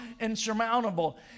insurmountable